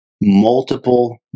multiple